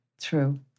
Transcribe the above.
True